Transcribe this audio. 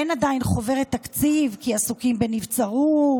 אין עדיין חוברת תקציב כי עסוקים בנבצרות,